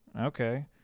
Okay